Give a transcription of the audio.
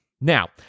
Now